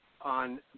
on